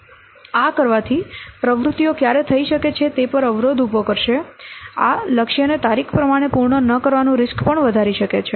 આ કરવાથી પ્રવૃત્તિઓ ક્યારે થઈ શકે છે તે પર અવરોધ ઉભો કરશે આ લક્ષ્યને તારીખ પ્રમાણે પૂર્ણ ન કરવાનું રીસ્ક પણ વધારી શકે છે